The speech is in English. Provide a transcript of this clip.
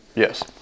Yes